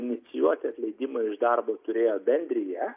inicijuoti atleidimą iš darbo turėjo bendrija